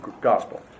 gospel